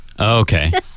Okay